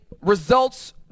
results